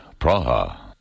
Praha